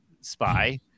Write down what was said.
spy